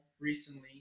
recently